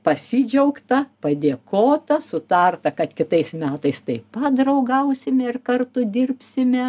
pasidžiaugta padėkota sutarta kad kitais metais taip pat draugausime ir kartu dirbsime